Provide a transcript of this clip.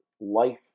Life